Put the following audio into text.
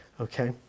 Okay